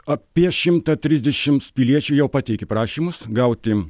apie šimtą trisdešims piliečių jau pateikė prašymus gauti